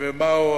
ובאו